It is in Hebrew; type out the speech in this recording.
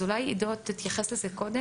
אז אולי, עידו, תתייחס לזה קודם?